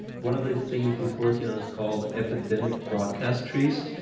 one of the things he's working on is called epidemic broadcast trees.